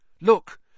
Look